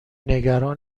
نگران